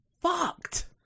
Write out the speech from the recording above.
fucked